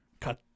Cut